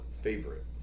favorite